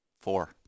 Four